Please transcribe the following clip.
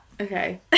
Okay